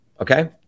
okay